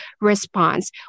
response